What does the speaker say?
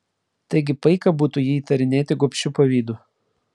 taigi paika būtų jį įtarinėti gobšiu pavydu